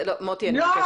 מוטי, אני מבקשת.